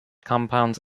compounds